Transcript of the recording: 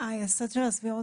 היסוד של הסבירות,